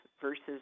versus